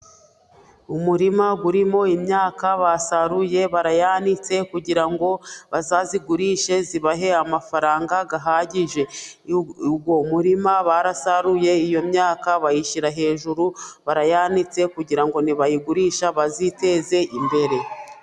Umurima urimo imyaka basaruye barayanitse, kugira ngo bazayigurishe ibahe amafaranga ahagije, uwo murima barasaruye iyo myaka bayishyira hejuru, barayanitse kugira ngo nibayigurisha baziteze imbere.